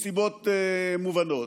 מסיבות מובנות.